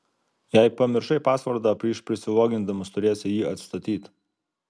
jei pamiršai pasvordą prieš prisilogindamas turėsi jį atstatyt